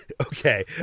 Okay